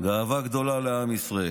ואהבה גדולה לעם ישראל.